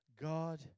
God